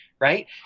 right